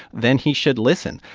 then he should listen.